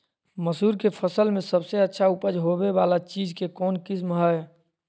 मसूर के फसल में सबसे अच्छा उपज होबे बाला बीज के कौन किस्म हय?